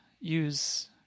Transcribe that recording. use